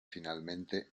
finalmente